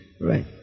Right